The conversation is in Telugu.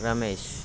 రమేష్